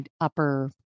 upper